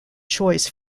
choice